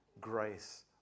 grace